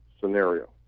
scenario